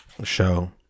show